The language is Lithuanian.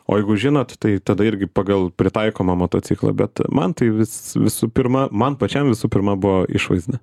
o jeigu žinot tai tada irgi pagal pritaikomą motociklą bet man tai vis visų pirma man pačiam visų pirma buvo išvaizda